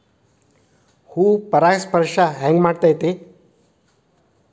ಹೂ ಪರಾಗಸ್ಪರ್ಶ ಹೆಂಗ್ ಮಾಡ್ತೆತಿ?